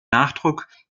nachdruck